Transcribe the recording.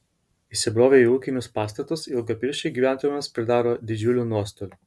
įsibrovę į ūkinius pastatus ilgapirščiai gyventojams pridaro didžiulių nuostolių